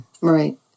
Right